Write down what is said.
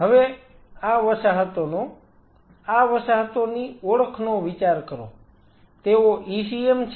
હવે આ વસાહતોનો આ વસાહતોની ઓળખનો વિચાર કરો તેઓ ECM છે